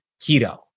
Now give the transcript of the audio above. keto